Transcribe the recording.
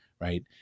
right